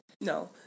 No